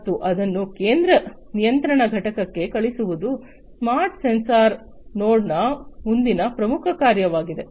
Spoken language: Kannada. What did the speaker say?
ಮತ್ತು ಅದನ್ನು ಕೇಂದ್ರ ನಿಯಂತ್ರಣ ಘಟಕಕ್ಕೆ ಕಳುಹಿಸುವುದು ಸ್ಮಾರ್ಟ್ ಸೆನ್ಸರ್ ನೋಡ್ನ ಮುಂದಿನ ಪ್ರಮುಖ ಕಾರ್ಯವಾಗಿದೆ